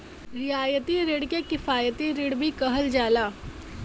रियायती रिण के किफायती रिण भी कहल जाला